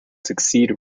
succeed